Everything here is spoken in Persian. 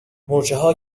مورچهها